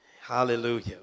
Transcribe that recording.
Hallelujah